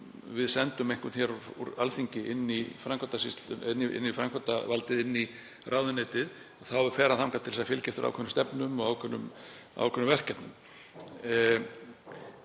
við sendum einhvern héðan úr Alþingi inn í framkvæmdarvaldið, inn í ráðuneytið fer hann þangað til að fylgja eftir ákveðnum stefnum og ákveðnum verkefnum.